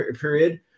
period